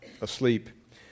asleep